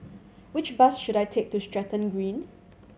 which bus should I take to Stratton Green